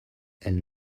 elle